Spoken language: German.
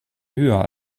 höher